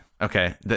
Okay